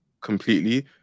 completely